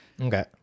Okay